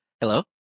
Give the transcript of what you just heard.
Hello